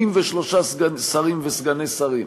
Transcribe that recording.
83 שרים וסגני שרים,